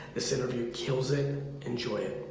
this interview kills it. enjoy